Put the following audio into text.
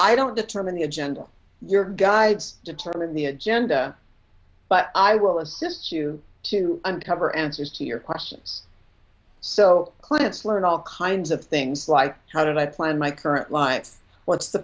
i don't determine the agenda your guides determine the agenda but i will assist you to uncover answers to your questions so clients learn all kinds of things like how did i plan my current life what's the